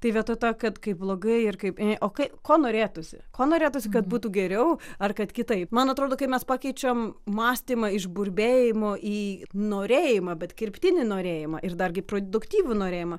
tai vietoj to kad kai blogai ir kai o kai ko norėtųsi kuo norėtųsi kad būtų geriau ar kad kitaip man atrodo kai mes pakeičiam mąstymą iš burbėjimo į norėjimą bet kirptinį norėjimą ir dargi produktyvų norėjimą